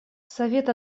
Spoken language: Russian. совет